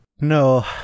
No